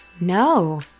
No